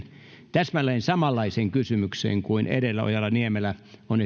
täsmälleen samanlainen kysymys kuin edellä ojala niemelällä on